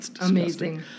Amazing